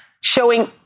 showing